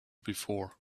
before